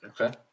Okay